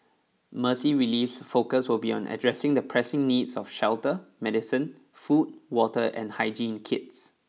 Mercy Relief's focus will be on addressing the pressing needs of shelter medicine food water and hygiene kits